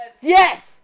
Yes